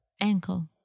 Ankle